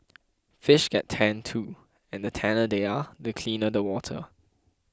fish get tanned too and the tanner they are the cleaner the water